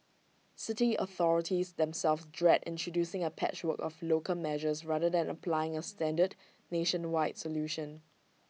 city authorities themselves dread introducing A patchwork of local measures rather than applying A standard nationwide solution